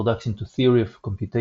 Introduction to the Theory of Computation,